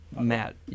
Matt